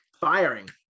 firing